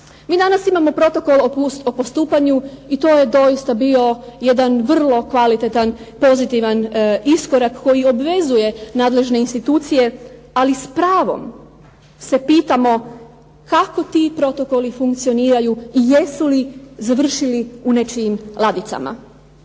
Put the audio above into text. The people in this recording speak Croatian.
MI danas imao protokol o postupanju i to je doista bio vrlo kvalitetan i pozitivan iskorak koji obvezuje nadležne institucije ali s pravom se pitamo kako ti protokoli funkcioniraju i jesu li završili u nečijim ladicama.